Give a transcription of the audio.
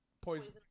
Poison